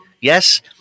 yes